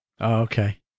Okay